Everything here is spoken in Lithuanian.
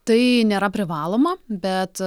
tai nėra privaloma bet